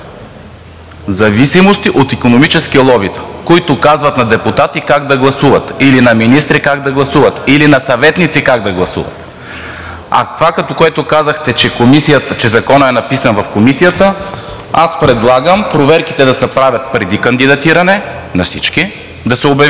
зависимости от икономически лобита, които казват на депутати как да гласуват или на министри как да гласуват, или на съветници как да гласуват. А това, което казахте, че Законът е написан в Комисията, аз предлагам проверките да се правят преди кандидатиране на всички, да се обявяват